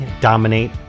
dominate